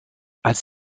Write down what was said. als